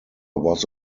was